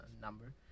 number